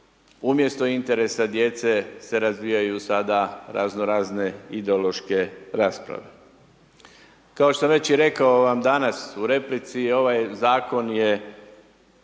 umjesto interesa djece, se razvijaju sada razno razne ideološke rasprave. Kao što već i rekao vam danas u replici, ovaj Zakon je